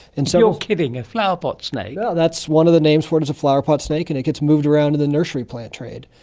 and so kidding, a flowerpot snake? no, that's one of the names for it is a flowerpot snake and it gets moved around in the nursery plant trade.